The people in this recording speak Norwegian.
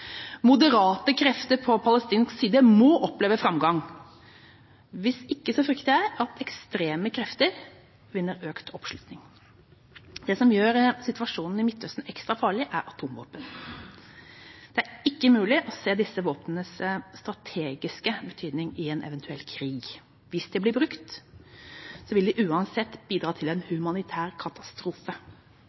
Moderate krefter på palestinsk side må oppleve framgang, hvis ikke frykter jeg at ekstreme krefter vinner økt oppslutning. Det som gjør situasjonen i Midtøsten ekstra farlig, er atomvåpen. Det er ikke mulig å se disse våpnenes strategiske betydning i en eventuell krig. Hvis de blir brukt, vil det uansett bidra til en humanitær katastrofe.